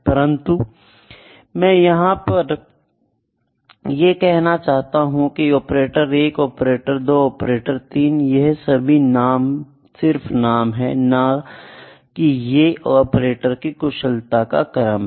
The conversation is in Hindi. परन्तु मैं यहाँ ये कहना चाहता हूँ की ऑपरेटर 1 ऑपरेटर 2 ऑपरेटर 3 यह सभी सिर्फ नाम है ना की ये ऑपरेटरों की कुशलता कर क्रम है